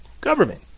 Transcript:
government